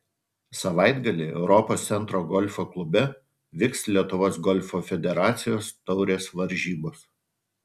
savaitgalį europos centro golfo klube vyks lietuvos golfo federacijos taurės varžybos